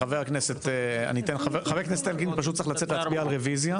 חבר הכנסת אלקין צריך לצאת להצביע לרביזיה.